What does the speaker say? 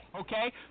Okay